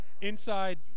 inside